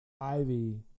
Ivy